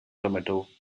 tomato